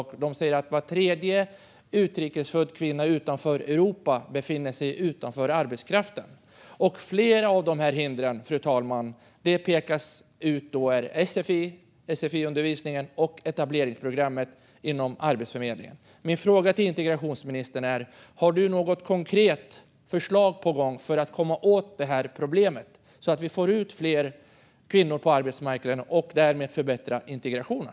Man säger att var tredje utrikes född kvinna som är född utanför Europa befinner sig utanför arbetskraften. Flera av de hinder som pekas ut, fru talman, är sfi-undervisningen och etableringsprogrammet inom Arbetsförmedlingen. Min fråga till integrationsministern är: Har du något konkret förslag på gång för att komma åt detta problem så att vi får ut fler kvinnor på arbetsmarknaden och därmed förbättrar integrationen?